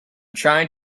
trying